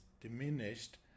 diminished